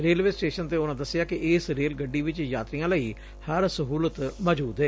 railway station ਤੇ ਉਨਾਂ ਦਸਿਆ ਕਿ ਇਸ ਰੇਲ ਗੱਡੀ ਵਿਚ ਯਾਤਰੀਆਂ ਲਈ ਹਰ ਸਹੁਲਤ ਮੌਜੁਦ ਏ